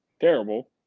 terrible